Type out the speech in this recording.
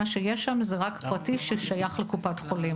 מה שיש שם זה רק פרטי ששייך לקופת חולים.